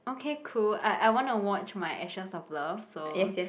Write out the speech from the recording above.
okay cool I I want to watch my actions of love so